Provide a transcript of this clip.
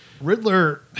Riddler